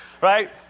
right